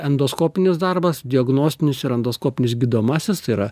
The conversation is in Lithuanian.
endoskopinis darbas diagnostinis ir endoskopinis gydomasis tai yra